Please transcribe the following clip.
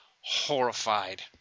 horrified